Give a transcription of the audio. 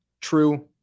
true